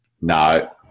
No